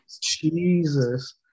Jesus